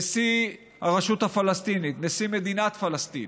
נשיא הרשות הפלסטינית, נשיא מדינת פלסטין?